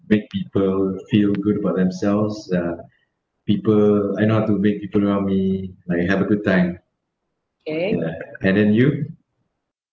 make people feel good about themselves uh people I know how to make people around me like have a good time ya and then you